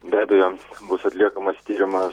be abejo bus atliekamas tyrimas